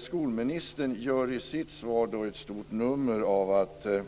Skolministern gör i sitt svar ett stort nummer av detta: